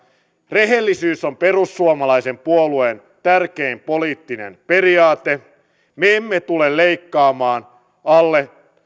rehellisyys on perussuomalaisen puolueen tärkein poliittinen periaate me emme tule leikkaamaan alle